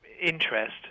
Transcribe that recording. interest